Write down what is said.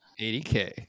80k